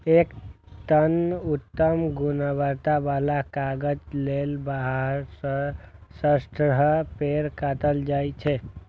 एक टन उत्तम गुणवत्ता बला कागज लेल बारह सं सत्रह पेड़ काटल जाइ छै